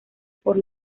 por